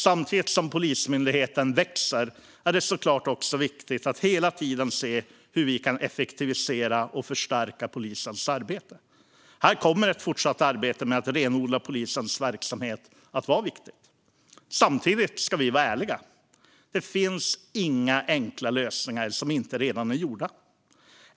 Samtidigt som Polismyndigheten växer är det såklart också viktigt att hela tiden se hur vi kan effektivisera och förstärka polisens arbete. Här kommer ett fortsatt arbete med att renodla polisens verksamhet att vara viktigt. Samtidigt ska vi vara ärliga: Det finns inga enkla lösningar som inte redan är gjorda.